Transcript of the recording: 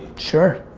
sure.